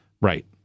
Right